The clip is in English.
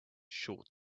short